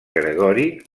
gregori